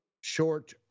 short